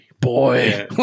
Boy